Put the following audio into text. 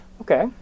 Okay